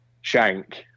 Shank